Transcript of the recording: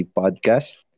podcast